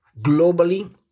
globally